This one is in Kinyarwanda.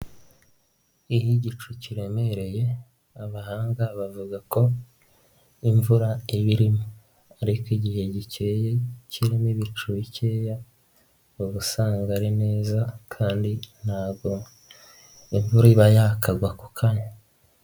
Iyo igicu kiremereye abahanga bavuga ko imvura ibirimo ariko igihe gikeye kirimo ibicu bikeya uba usanga ari neza kandi ntabwo in imvura iba yakagwa ku kanwa.